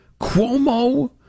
Cuomo